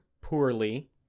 poorly